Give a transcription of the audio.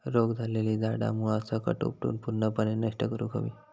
रोग झालेली झाडा मुळासकट उपटून पूर्णपणे नष्ट करुक हवी